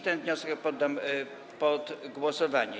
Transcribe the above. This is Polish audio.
Ten wniosek poddam pod głosowanie.